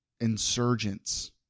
insurgents